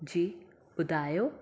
जी ॿुधायो